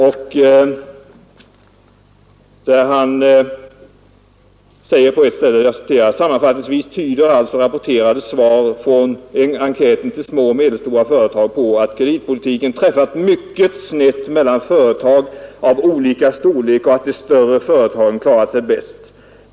Författaren säger där följande: ”Sammanfattningsvis tyder alltså rapporterade svar från enkäten till små och medelstora företag på att kreditpolitiken träffat mycket snett mellan företag av olika storlek och att de större företagen klarat sig bäst.